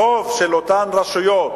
החוב של אותן רשויות,